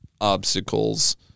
obstacles